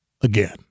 again